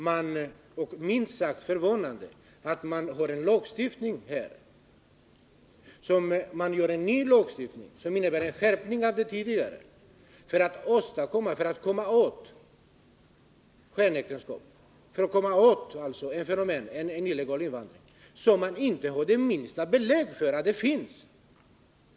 Det är frapperande att man tar till en ny lagstiftning, som innebär en skärpning av den tidigare, för att komma åt skenäktenskapen — en illegal invandring — trots att man inte har det minsta belägg för att de finns.